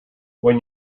when